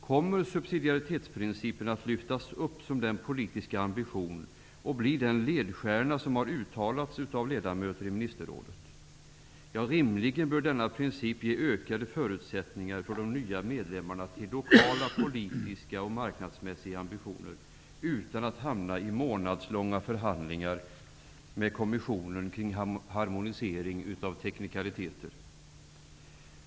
Kommer subsidiaritetsprincipen att lyftas fram som en politisk ambition och bli den ledstjärna som har uttalats av ledamöter i ministerrådet? Rimligen bör denna princip ge ökade förutsättningar för de nya medlemmarna till lokala politiska och marknadsmässiga ambitioner, utan att hamna i månadslånga förhandlingar med kommissionen kring harmonisering av teknikaliteter.